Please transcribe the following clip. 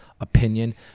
opinion